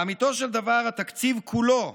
לאמיתו של דבר התקציב כולו,